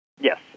Yes